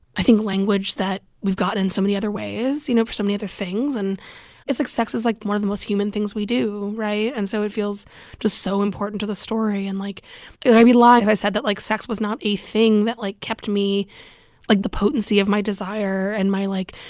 i think, language that we've got in so many other ways, you know, for so many other things and it's like, sex is, like, one of the most human things we do, right? and so it feels just so important to the story. and, like, i'd be lying if i said that, like, sex was not a thing that, like, kept me like, the potency of my desire and my, like,